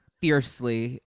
fiercely